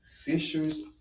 fishers